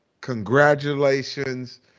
Congratulations